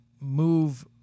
move